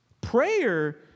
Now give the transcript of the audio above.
Prayer